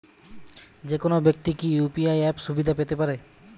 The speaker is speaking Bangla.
যেকোনো ব্যাক্তি কি ইউ.পি.আই অ্যাপ সুবিধা পেতে পারে?